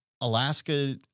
Alaska